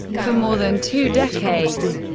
for more than two decades,